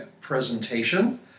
presentation